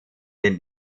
den